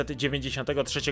1993